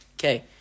Okay